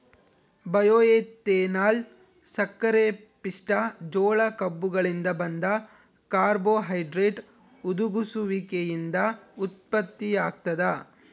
bioethanol ಸಕ್ಕರೆಪಿಷ್ಟ ಜೋಳ ಕಬ್ಬುಗಳಿಂದ ಬಂದ ಕಾರ್ಬೋಹೈಡ್ರೇಟ್ ಹುದುಗುಸುವಿಕೆಯಿಂದ ಉತ್ಪತ್ತಿಯಾಗ್ತದ